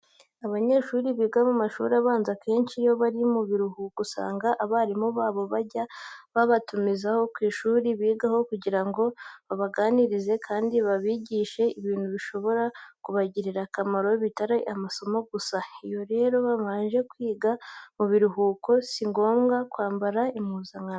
Abanyeshuri biga mu mashuri abanza akenshi iyo bari mu biruhuko usanga abarimu babo bajya babatumiza ku ishuri bigaho kugira ngo babaganirize kandi babigishe ibintu bishobora kubagirira akamaro bitari amasomo gusa. Iyo rero baje kwiga mu biruhuko si ngombwa kwambara impuzankano.